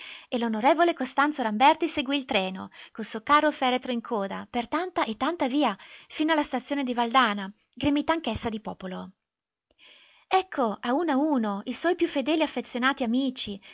e l'on costanzo ramberti seguì il treno col suo carro-feretro in coda per tanta e tanta via fino alla stazione di valdana gremita anch'essa di popolo ecco a uno a uno i suoi più fedeli e affezionati amici